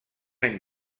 any